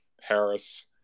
Harris